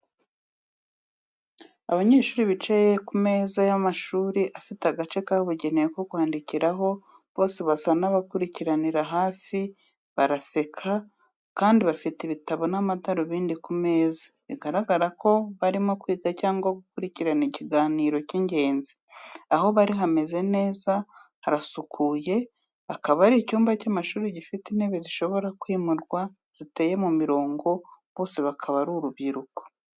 Abanyeshuri bicaye ku meza y’amashuri afite agace kabugenewe ko kwandikiraho, bose basa n’abakurikiranira hafi, baraseka kandi bafite ibitabo n'amadarubindi ku meza, bigaragaza ko barimo kwiga cyangwa gukurikirana ikiganiro cy’ingenzi. Aho bari hameze neza, harasukuye akaba ari icyumba cy’amashuri gifite intebe zishobora kwimurwa, ziteye mu mirongo. Bose bakaba ari urubyiruko.